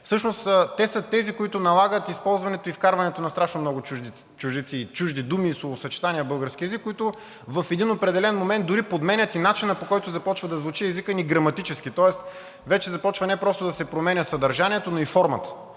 всъщност са тези, които налагат използването и вкарването на страшно много чуждици – чужди думи и словосъчетания в българския език, които в един определен момент дори подменят и начина, по който започва да звучи езикът ни граматически, тоест вече започва не просто да се променя съдържанието, но и формата.